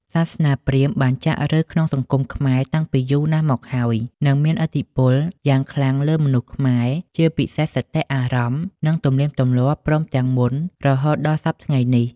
សាសនាព្រាហ្មណ៍បានចាក់ឫសក្នុងសង្គមខ្មែរតាំងពីយូរណាស់មកហើយ និង មានឥទ្ធិពលយ៉ាងខ្លាំងលើមនុស្សខ្មែរ ជាពិសេសសតិអារម្មណ៍ និងទំនៀមទម្លាប់ ព្រមទាំងមន្តរហូតដល់សព្វថ្ងៃនេះ។